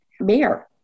mayor